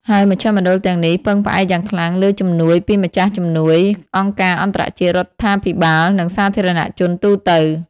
ហើយមជ្ឈមណ្ឌលទាំងនេះពឹងផ្អែកយ៉ាងខ្លាំងលើជំនួយពីម្ចាស់ជំនួយ អង្គការអន្តរជាតិ រដ្ឋាភិបាល និងសាធារណជនទូទៅ។